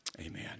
Amen